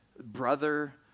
brother